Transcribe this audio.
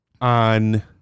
on